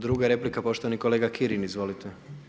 Druga replika poštovani kolega Kirin, izvolite.